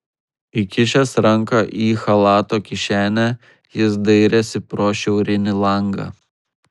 įkišęs ranką į chalato kišenę jis dairėsi pro šiaurinį langą